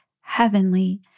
heavenly